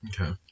Okay